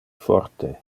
forte